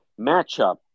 matchup